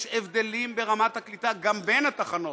יש הבדלים ברמת הקליטה גם בין התחנות.